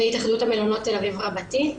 והתאחדות המלונות תל אביב רבתי.